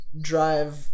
drive